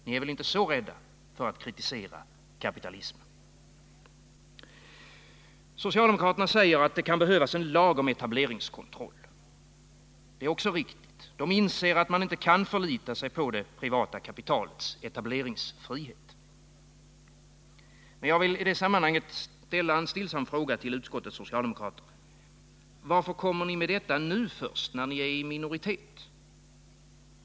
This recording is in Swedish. Ni är väl inte så rädda för att kritisera kapitalismen? Socialdemokraterna säger att det kan behövas en lag om etableringskontroll. Det är också riktigt. De inser att man inte kan förlita sig på det privata kapitalets etableringsfrihet. Men jag vill i detta sammanhang ställa en stillsam fråga till utskottets socialdemokrater: Varför kommer ni med detta nu först, när ni är i minoritet?